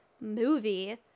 movie